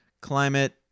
climate